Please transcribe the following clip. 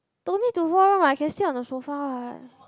don't need to roll [one] [what] can sleep on the sofa [what]